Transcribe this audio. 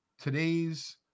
today's